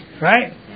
Right